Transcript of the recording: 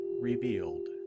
revealed